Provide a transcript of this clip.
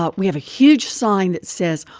ah we have a huge sign that says,